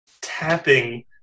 tapping